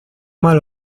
mal